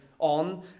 on